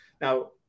Now